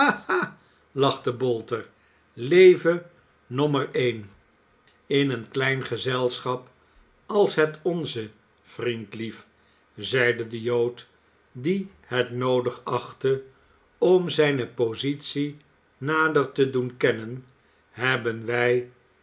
lachte bolter leve nommer één in een klein gezelschap als het onze vriendlief zeide de jood die het noodig achtte om zijne positie nader te doen kennen hebben wij